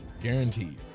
Guaranteed